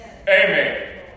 amen